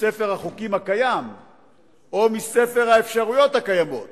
מספר החוקים הקיים או מספר האפשרויות הקיימות